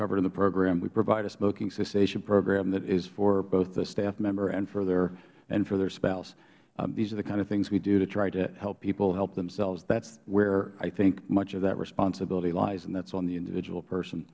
cover in the program we provide a smoking cessation program that is for both the staff member and for their spouse these are the kind of things we do to try to help people help themselves that is where i think much of that responsibility lies and that is on the individual person